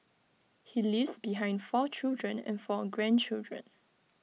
he leaves behind four children and four grandchildren